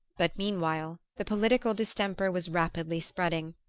but meanwhile the political distemper was rapidly spreading,